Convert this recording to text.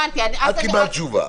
קיבלת תשובה.